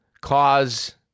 cause